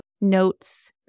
notes